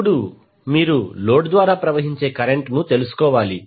ఇప్పుడు మీరు లోడ్ ద్వారా ప్రవహించే కరెంటును తెలుసుకోవాలి